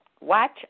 Watch